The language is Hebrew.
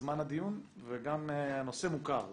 זמן הדיון הנושא מוכר,